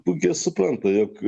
puikiai supranta jog